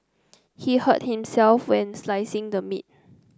he hurt himself when slicing the meat